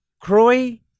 Croy